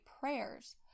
prayers